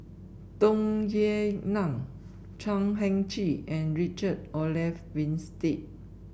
Tung Yue Nang Chan Heng Chee and Richard Olaf Winstedt